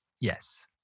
Yes